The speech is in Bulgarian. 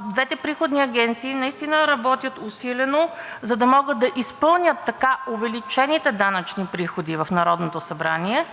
Двете приходни агенции наистина работят усилено, за да могат да изпълнят така увеличените данъчни приходи от Народното събрание.